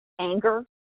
anger